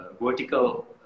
vertical